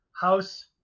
house